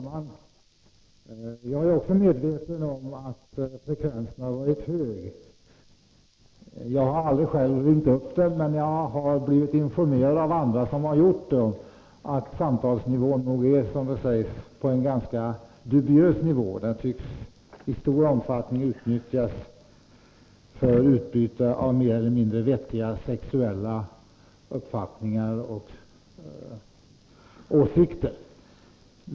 Herr talman! Jag är medveten om att frekvensen har varit högi fråga om de här samtalen. Jag har själv aldrig ringt upp ”heta linjen”, men jag har blivit informerad av andra, som har gjort det, att kvaliteten på samtalen ligger på en ganska låg nivå. Linjen tycks i stor omfattning utnyttjas för utbyte av mer eller mindre vettiga sexuella uppfattningar och åsikter.